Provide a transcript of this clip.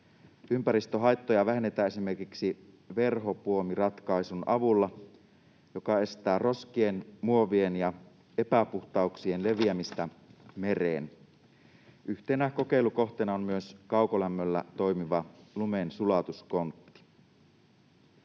Ympäristöhaittoja vähennetään esimerkiksi verhopuomiratkaisun avulla, joka estää roskien, muovien ja epäpuhtauksien leviämistä mereen. Yhtenä kokeilukohteena on myös kaukolämmöllä toimiva lumensulatuskontti.